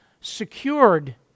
secured